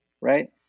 right